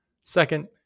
Second